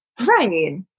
Right